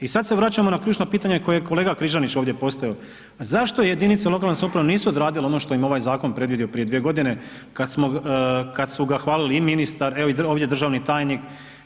I sad se vraćamo na ključno pitanje koje je kolega Križanić ovdje postavio, zašto jedinice lokalne samouprave nisu odradile ono što im je ovaj zakon predvidio prije 2 godine kad su ga hvalili i ministar i evo, ovdje državni tajnik.